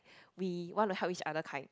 we want to help each other kind